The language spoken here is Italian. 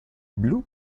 blu